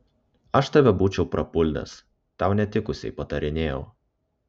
aš tave būčiau prapuldęs tau netikusiai patarinėjau